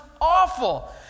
awful